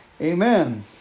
Amen